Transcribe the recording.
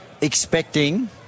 expecting